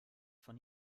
von